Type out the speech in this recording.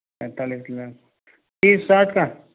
पैंतालिस लाख तीस साठ का